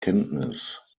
kenntnis